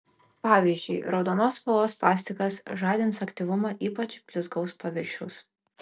pavyzdžiui raudonos spalvos plastikas žadins aktyvumą ypač blizgaus paviršiaus